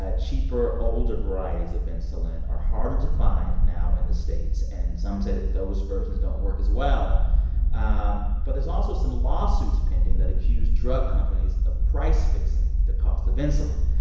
cheaper, older varieties of insulin are harder to find now in the states. and some say that those versions don't work as well um but there's also some lawsuits pending that accuse drug companies of price-fixing the cost of insulin.